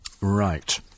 Right